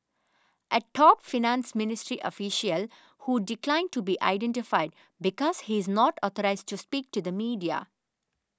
a top finance ministry official who declined to be identified because he is not authorised to speak to the media